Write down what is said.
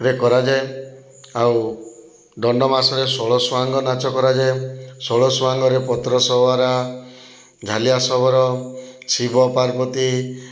ରେ କରାଯାଏ ଆଉ ଦଣ୍ଡ ମାସରେ ଷୋଳ ସୁହାଙ୍ଗ ନାଚ କରାଯାଏ ଷୋଳ ସୁହାଙ୍ଗରେ ପତ୍ର ସବାରା ଝାଲିଆ ଶବର ଶିବପାର୍ବତୀ